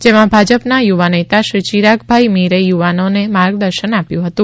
જેમાં ભાજપના યુવાનેતા શ્રી ચિરાગભાઈ મીરે યુવાનોને માર્ગદર્શન આપ્યું હતું